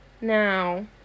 now